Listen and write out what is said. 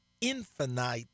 infinite